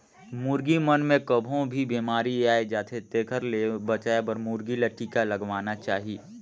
मुरगी मन मे कभों भी बेमारी आय जाथे तेखर ले बचाये बर मुरगी ल टिका लगवाना चाही